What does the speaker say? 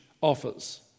offers